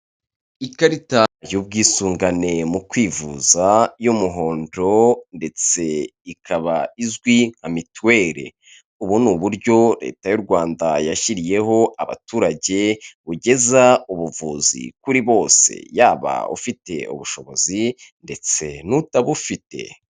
Ikarita y'ubwisungane mu kwivuza y'umuhondo ndetse ikaba izwi nka mituweli, ubu ni uburyo leta y'u Rwanda yashyiriyeho abaturage bugeza ubuvuzi kuri bose yaba ufite ubushobozi ndetse n'utabufite.